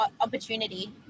opportunity